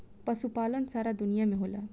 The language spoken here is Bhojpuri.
पशुपालन सारा दुनिया में होला